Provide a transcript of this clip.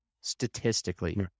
statistically